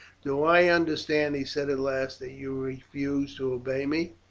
do i understand, he said at last, that you refuse to obey me?